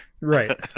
Right